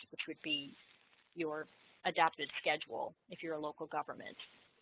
which would be you're adopted scheduled if you're a local government